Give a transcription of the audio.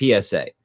PSA